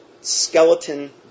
skeleton